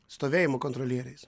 stovėjimo kontrolieriais